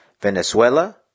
Venezuela